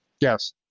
Yes